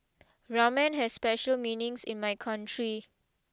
Ramen has special meanings in my country